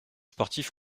sportifs